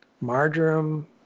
marjoram